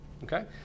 Okay